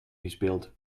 gespeeld